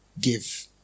give